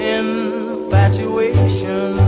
infatuation